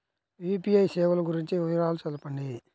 UPI సేవలు గురించి వివరాలు తెలుపండి?